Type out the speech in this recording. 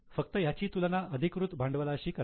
फक्त याची तुलना अधिकृत भांडवलाशी करा